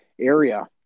area